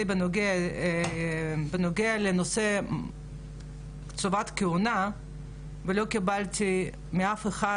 בנוגע לנושא קציבת כהונה ולא קיבלתי מאף אחד,